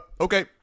Okay